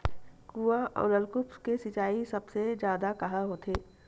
कुआं अउ नलकूप से सिंचाई सबले जादा कहां होथे?